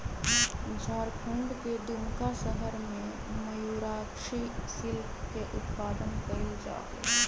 झारखंड के दुमका शहर में मयूराक्षी सिल्क के उत्पादन कइल जाहई